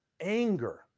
anger